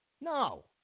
No